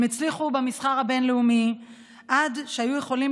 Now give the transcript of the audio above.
הם הצליחו במסחר הבין-לאומי עד שהיו יכולים